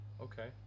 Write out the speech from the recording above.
Okay